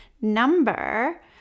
number